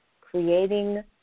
creating